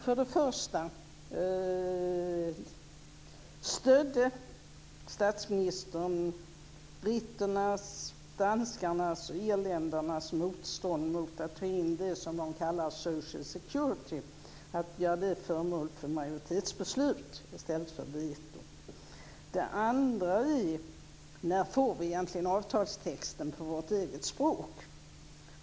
För det första: Stödde statsministern britternas, danskarnas och irländarnas motstånd mot att ta in det som de kallar social security och göra det till föremål för majoritetsbeslut i stället för veto? För det andra: När får vi avtalstexten på vårt eget språk?